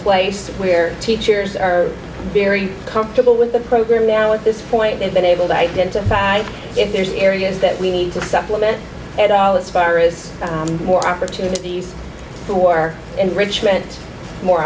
place where teachers are very comfortable with the program now at this point they've been able to identify if there's areas that we need to supplement and all this fire is more opportunities for and rich meant more